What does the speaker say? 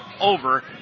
over